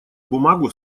бумагу